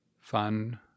fun